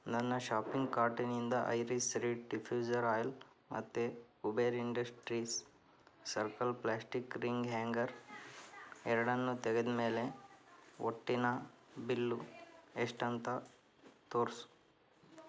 ನನ್ನ ಶಾಪಿಂಗ್ ಕಾರ್ಟಿನಿಂದ Iris reed diffuser oil ಮತ್ತು Kuber industries circle plastic ring hanger ಎರಡನ್ನೂ ತೆಗೆದಮೇಲೆ ಒಟ್ಟಿನ ಬಿಲ್ಲು ಎಷ್ಟುಂತ ತೋರಿಸು